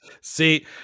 see